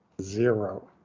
zero